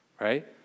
Right